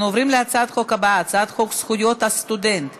אנחנו עוברים להצעת החוק הבאה: הצעת חוק זכויות הסטודנט (תיקון,